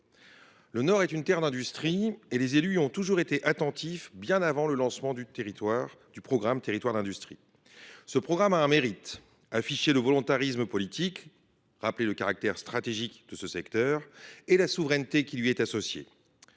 Le Nord est une terre d’industrie, et les élus y ont toujours été attentifs, bien avant le lancement du programme Territoires d’industrie. Ce programme a un mérite : afficher le volontarisme politique, rappeler le caractère stratégique du secteur et les enjeux de souveraineté qui lui sont associés.